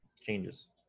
changes